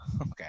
Okay